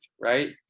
right